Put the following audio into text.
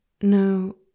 No